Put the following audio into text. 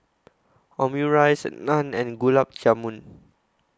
Omurice Naan and Gulab Jamun